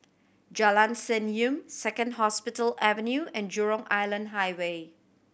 Jalan Senyum Second Hospital Avenue and Jurong Island Highway